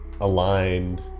aligned